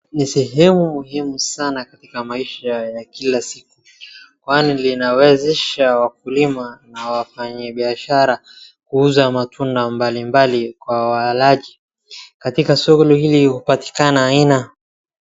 Ni sehemu muhimu sana kwa maisha ya kila siku .Kwani linawezesha wafanya biashara kuuza bidha mbali mbali kwa waalaki katika soko .